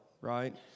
right